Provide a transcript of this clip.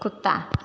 कुत्ता